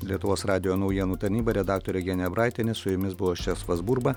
lietuvos radijo naujienų tarnyba redaktorė genė abraitienė su jumis buvo česlovas burba